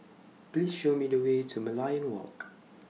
Please Show Me The Way to Merlion Walk